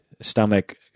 stomach